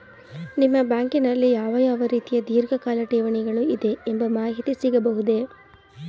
ನಿಮ್ಮ ಬ್ಯಾಂಕಿನಲ್ಲಿ ಯಾವ ಯಾವ ರೀತಿಯ ಧೀರ್ಘಕಾಲ ಠೇವಣಿಗಳು ಇದೆ ಎಂಬ ಮಾಹಿತಿ ಸಿಗಬಹುದೇ?